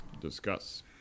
Discuss